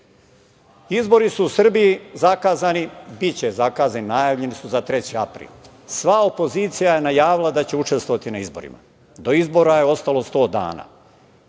izbora. Izbori su u Srbiji zakazani, biće zakazani, najavljeni su za 3. april. Sva opozicija je najavila da će učestvovati na izborima. Do izbora je ostalo 100 dana.